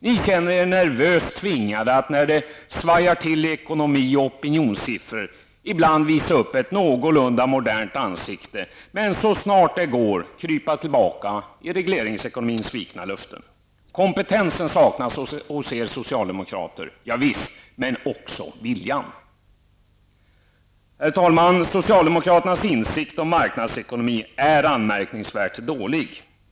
Ni känner er nervöst tvingade att, när det svajar till i ekonomi och opinionssiffror, ibland vissa upp ett någorlunda modernt ansikte, men vill så snart det går krypa tillbaka i regleringsekonomins svikna löften. Kompetensen saknas hos er socialdemokrater, javisst, men också viljan. Herr talman! Socialdemokraternas insikt om marknadsekonomi är anmärkningsvärt dålig.